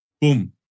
Boom